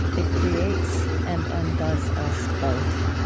it creates and undoes us both.